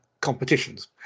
competitions